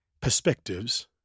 perspectives